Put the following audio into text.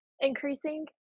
increasing